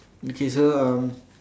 okay so um